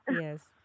Yes